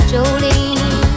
Jolene